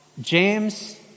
James